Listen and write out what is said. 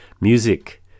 music